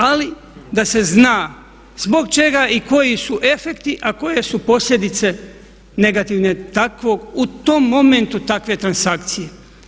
Ali da se zna zbog čega i koji su efekti, a koje su posljedice negativne, takvog, u tom momentu takve transakcije.